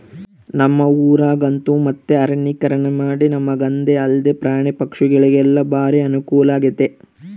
ನಮ್ಮ ಊರಗಂತೂ ಮತ್ತೆ ಅರಣ್ಯೀಕರಣಮಾಡಿ ನಮಗಂದೆ ಅಲ್ದೆ ಪ್ರಾಣಿ ಪಕ್ಷಿಗುಳಿಗೆಲ್ಲ ಬಾರಿ ಅನುಕೂಲಾಗೆತೆ